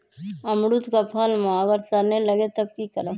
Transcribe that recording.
अमरुद क फल म अगर सरने लगे तब की करब?